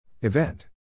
Event